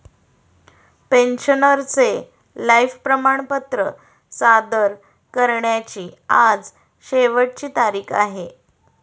पेन्शनरचे लाइफ प्रमाणपत्र सादर करण्याची आज शेवटची तारीख आहे